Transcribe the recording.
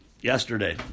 yesterday